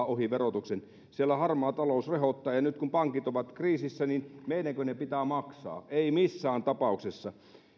ohi verotuksen siellä harmaa talous rehottaa ja ja nyt kun pankit ovat kriisissä niin meidänkö ne pitää maksaa ei missään tapauksessa